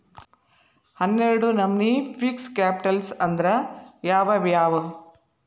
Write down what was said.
ಹನ್ನೆರ್ಡ್ ನಮ್ನಿ fixed capital ಅಂದ್ರ ಯಾವವ್ಯಾವು?